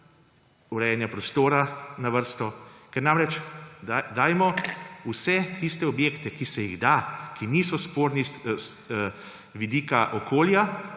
urejanje prostora na vrsto, kar namreč dajmo vse tiste objekte, ki se jih da, ki niso sporni z vidika okolja,